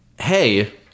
hey